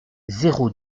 zéro